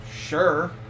Sure